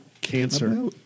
Cancer